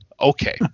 Okay